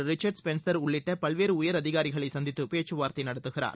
Richard Spencer உள்ளிட்ட பல்வேறு உயர் அதிகாரிகளை சந்தித்துப் பேச்சுவார்த்தை நடத்துகிறார்